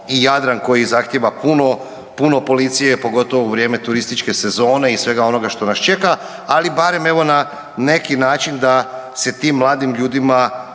i Jadran koji zahtjeva puno, puno policije, pogotovo u vrijeme turističke sezone i svega onoga što nas čeka, ali barem evo na neki način da se tim mladim ljudima